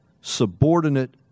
subordinate